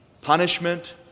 punishment